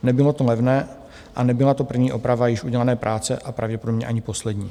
Nebylo to levné a nebyla to první oprava již udělané práce a pravděpodobně ani poslední.